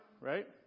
right